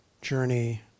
journey